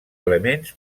elements